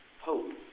hope